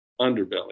underbelly